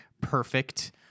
perfect